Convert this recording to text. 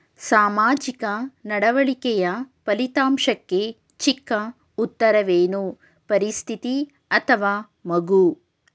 ಸಾಮಾಜಿಕ ನಡವಳಿಕೆಯ ಫಲಿತಾಂಶಕ್ಕೆ ಚಿಕ್ಕ ಉತ್ತರವೇನು? ಪರಿಸ್ಥಿತಿ ಅಥವಾ ಮಗು?